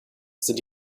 sind